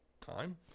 time